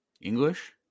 English